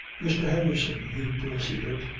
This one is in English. mr. henderson, he proceeded,